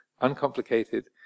uncomplicated